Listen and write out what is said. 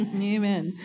Amen